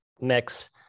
mix